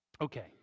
Okay